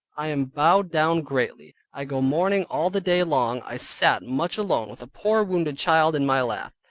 i am bowed down greatly, i go mourning all the day long. i sat much alone with a poor wounded child in my lap,